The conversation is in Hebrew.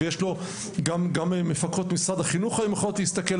גם מפקחות משרד החינוך יכולות היום להסתכל,